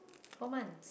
four month